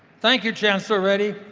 thank you chancellor reddy.